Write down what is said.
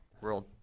World